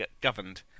governed